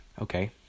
okay